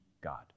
God